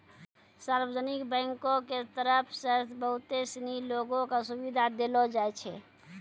सार्वजनिक बैंको के तरफ से बहुते सिनी लोगो क सुविधा देलो जाय छै